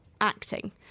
acting